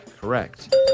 Correct